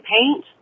paint